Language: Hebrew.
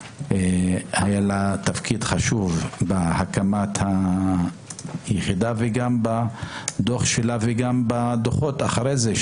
שהיה לה תפקיד חשוב בהקמת היחידה וגם בדוח שלה וגם בדוחות אחרי זה,